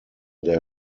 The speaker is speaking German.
der